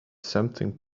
something